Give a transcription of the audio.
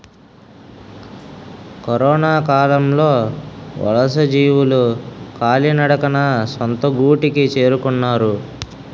కరొనకాలంలో వలసజీవులు కాలినడకన సొంత గూటికి చేరుకున్నారు